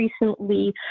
recently